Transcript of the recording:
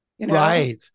Right